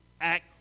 Act